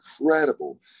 incredible